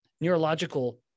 neurological